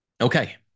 Okay